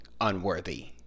unworthy